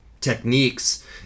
techniques